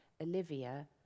Olivia